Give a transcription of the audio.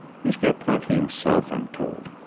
he's got plenty himself, i'm told,